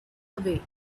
away